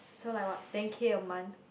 so like what ten K a month